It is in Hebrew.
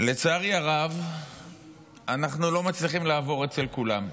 לצערי הרב אנחנו לא מצליחים לעבור אצל כולם.